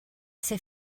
ser